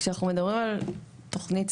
כשאנחנו מדברים על תוכנית סטטוטורית,